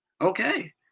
okay